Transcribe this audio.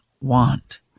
want